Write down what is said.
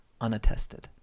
unattested